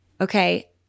Okay